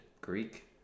Greek